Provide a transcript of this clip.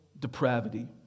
depravity